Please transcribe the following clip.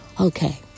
Okay